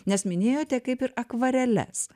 nes minėjote kaip ir akvareles